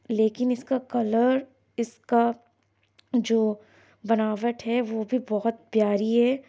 لیکن اِس کا کلر اِس کا جو بناوٹ ہے وہ بھی بہت پیاری ہے